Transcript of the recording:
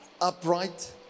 upright